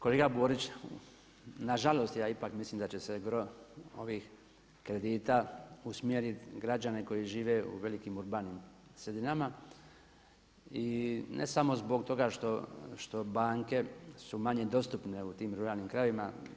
Kolega Borić, na žalost ja ipak mislim da će se gro ovih kredita usmjerit građane koji žive u velikim urbanim sredinama i ne samo zbog toga što banke su manje dostupne u tim ruralnim krajevima.